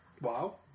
Wow